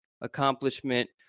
accomplishment